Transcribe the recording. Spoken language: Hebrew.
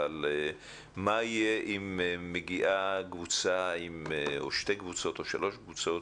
אבל מה יהיה אם מגיעה קבוצה או שתי קבוצות או שלוש קבוצות